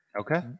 Okay